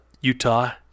utah